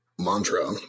mantra